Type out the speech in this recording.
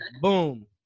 boom